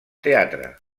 teatre